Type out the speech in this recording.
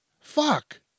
fuck